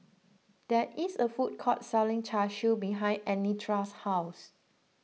there is a food court selling Char Siu behind Anitra's house